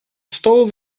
stole